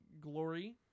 glory